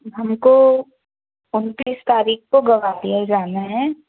हमको उनतीस तारीख को ग्वालियर जाना है